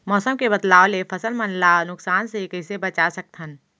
मौसम के बदलाव ले फसल मन ला नुकसान से कइसे बचा सकथन?